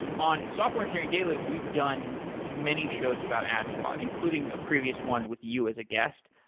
on software engineering daily, we've done many shows about ad fraud including a previous one with you as a guest,